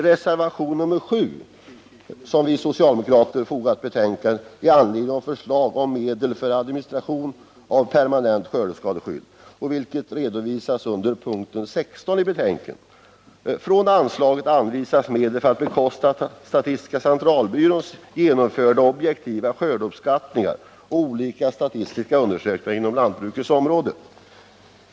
Reservationen 7 har vi socialdemokrater fogat till betänkandet i anledning av förslag om medel för administration av permanent skördeskadeskydd, vilket redovisas under punkten 16 i betänkandet. Från anslaget anvisas medel för att bekosta statistiska centralbyråns genomförda objektiva skördeskadeuppskattningar och olika statistiska undersökningar inom lantbrukets område.